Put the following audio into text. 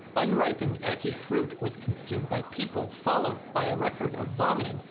unripened ackee fruit was consumed by people, followed by a record of vomiting,